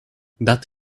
that